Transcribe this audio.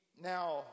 now